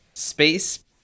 space